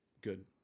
good